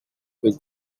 with